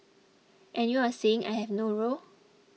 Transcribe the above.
and you are saying I have no role